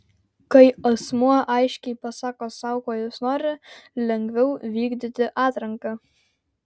kai asmuo aiškiai pasako sau ko jis nori lengviau vykdyti atranką